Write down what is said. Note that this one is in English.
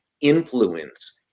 influence